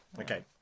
Okay